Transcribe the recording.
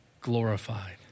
glorified